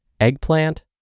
Eggplant